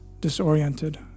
disoriented